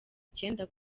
icyenda